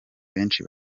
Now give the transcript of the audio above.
benshi